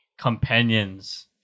Companions